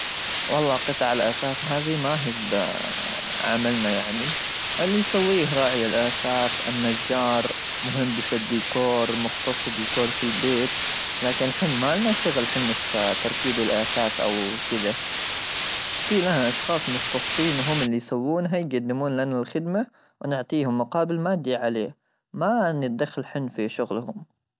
والله قطع الاثاث هذه ما هي عملنا يعني اللي يسويه راعي الاثاث ,النجار ,مهندس الديكور ,مختص ديكور في البيت لكن الحين ما لنا شغل ,حنا في تركيب الاثاث او كذا في لها اشخاص مختصين هم اللي يسوونها يقدمون لنا الخدمه ونعطيهم مقابل مادي عليه ما ندخل الحين في شغلهم.